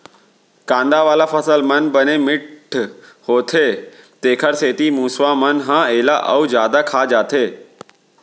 कांदा वाला फसल मन बने मिठ्ठ होथे तेखर सेती मूसवा मन ह एला अउ जादा खा जाथे